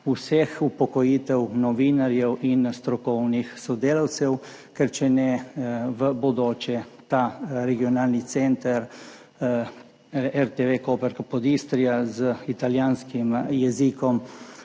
vseh upokojitev novinarjev in strokovnih sodelavcev. Ker če ne, bo v bodoče Regionalni RTV center Koper Capodistria z italijanskim jezikom